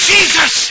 Jesus